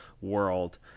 world